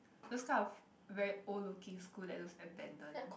those kind of very old looking school that looks abandoned